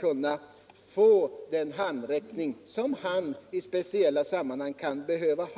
kunna få den handräckning som han i speciella sammanhang kan behöva,